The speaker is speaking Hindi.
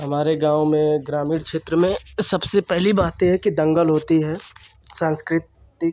हमारे गाँव में ग्रामीण क्षेत्र में सबसे पहली बात यह है कि दंगल होता है साँस्कृतिक